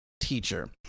teacher